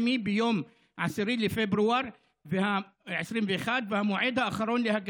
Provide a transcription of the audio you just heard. ביקשתי מיושב-ראש הוועדה,